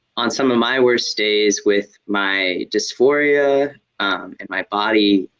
on some of my worst days with my dysphoria and my body,